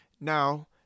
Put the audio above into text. Now